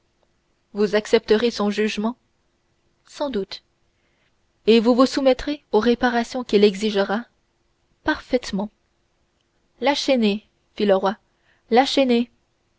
vous accepterez son jugement sans doute et vous vous soumettrez aux réparations qu'il exigera parfaitement la chesnaye fit le roi la